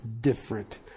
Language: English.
different